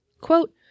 Quote